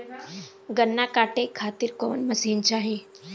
गन्ना कांटेके खातीर कवन मशीन चाही?